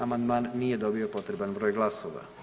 Amandman nije dobio potreban broj glasova.